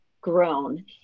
grown